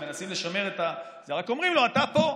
מנסים לשמר, רק אומרים לו: אתה פה.